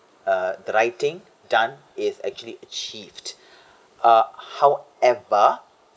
uh the writing done is actually achieved uh however